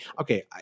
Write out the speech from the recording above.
okay